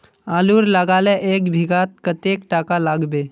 आलूर लगाले एक बिघात कतेक टका लागबे?